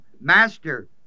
Master